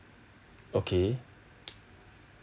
okay